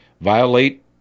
Violate